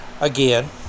again